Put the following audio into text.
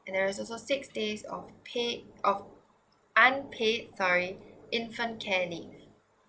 and there's also six days of paid of unpaid sorry infant care leave